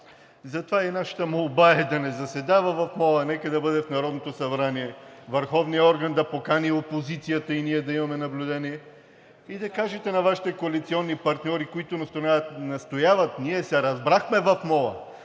Затова и нашата молба е да не заседава в мола, нека да бъде в Народното събрание. Върховният орган да покани опозицията и ние да имаме наблюдение. И да кажете на Вашите коалиционни партньори, които настояват – ние се разбрахме в мола,